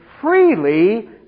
freely